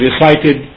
recited